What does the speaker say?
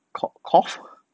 co~cof~